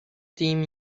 team